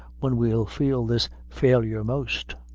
when we'll feel this failure most?